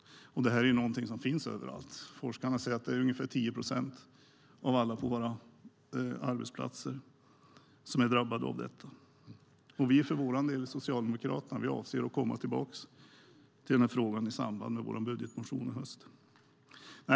Det här är någonting som finns överallt. Forskarna säger att det är ungefär 10 procent av alla på våra arbetsplatser som är drabbade av detta. Vi i Socialdemokraterna avser för vår del att komma tillbaka till den här frågan i samband med vår budgetmotion i höst.